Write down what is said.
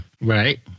Right